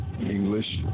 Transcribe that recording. English